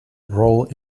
role